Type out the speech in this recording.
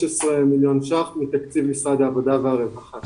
מיליון שקלים מתקציב משרד העבודה והרווחה.